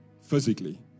physically